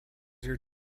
your